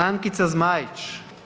Ankica Zmajić.